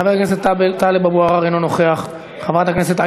חבר הכנסת טלב אבו עראר, אינו נוכח.